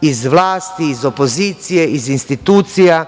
iz vlasti, iz opozicije, iz institucija,